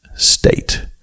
State